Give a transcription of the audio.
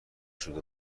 سود